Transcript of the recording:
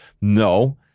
No